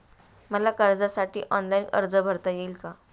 मला कर्जासाठी ऑनलाइन अर्ज भरता येईल का?